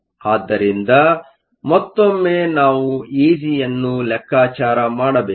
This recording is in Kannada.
ಆದ್ದರಿಂದ ಮತ್ತೊಮ್ಮೆ ನಾವು ಇಜಿಯನ್ನು ಲೆಕ್ಕಾಚಾರ ಮಾಡಬೇಕು